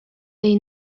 jej